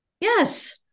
yes